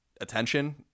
attention